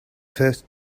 first